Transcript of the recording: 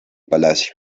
palacio